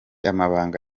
amabanga